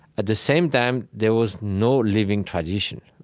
at the same time, there was no living tradition.